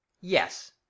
yes